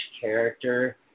character